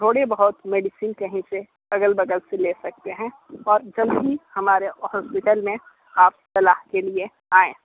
थोड़ी बहुत मेडिसिन कहीं से अगल बगल से ले सकते हैं और जब भी हमारे हॉस्पिटल में आप सलाह के लिए आएँ